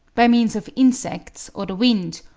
by means of insects or the wind,